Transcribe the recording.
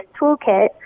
toolkit